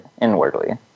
inwardly